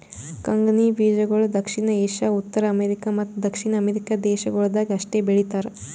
ಕಂಗ್ನಿ ಬೀಜಗೊಳ್ ದಕ್ಷಿಣ ಏಷ್ಯಾ, ಉತ್ತರ ಅಮೇರಿಕ ಮತ್ತ ದಕ್ಷಿಣ ಅಮೆರಿಕ ದೇಶಗೊಳ್ದಾಗ್ ಅಷ್ಟೆ ಬೆಳೀತಾರ